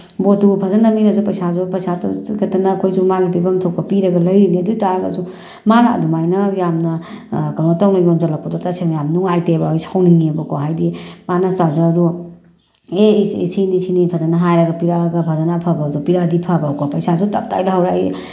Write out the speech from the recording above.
ꯄꯣꯠꯇꯨ ꯐꯖꯅ ꯃꯤꯅꯁꯨ ꯄꯩꯁꯥꯁꯨ ꯄꯩꯁꯥꯗꯨ ꯇꯤꯡꯈꯠꯇꯅ ꯑꯩꯈꯣꯏꯁꯨ ꯃꯥꯒꯤ ꯄꯤꯐꯝ ꯊꯣꯛꯄ ꯄꯤꯔꯒ ꯂꯩꯔꯤꯅꯤ ꯑꯗꯨ ꯑꯣꯏ ꯇꯥꯔꯒꯁꯨ ꯃꯥꯅ ꯑꯗꯨ ꯃꯥꯏꯅ ꯌꯥꯝꯅ ꯀꯩꯅꯣ ꯇꯧꯅ ꯌꯣꯟꯖꯤꯜꯂꯛꯄꯗꯣ ꯇꯁꯦꯡꯅ ꯌꯥꯝ ꯅꯨꯡꯉꯥꯏꯇꯦꯕ ꯑꯩ ꯁꯥꯎꯅꯤꯡꯉꯦꯕ ꯀꯣ ꯍꯥꯏꯗꯤ ꯃꯥꯅ ꯆꯥꯔꯖꯔꯗꯣ ꯑꯦ ꯁꯤꯅꯤ ꯁꯤꯅꯤ ꯐꯖꯅ ꯍꯥꯏꯔꯒ ꯄꯤꯔꯛꯑꯒ ꯐꯖꯅ ꯑꯐꯕꯗꯣ ꯄꯤꯔꯛꯑꯗꯤ ꯐꯕ ꯀꯣ ꯄꯩꯁꯥꯁꯨ ꯇꯞꯇꯥꯏ ꯂꯧꯍꯧꯔ ꯑꯩ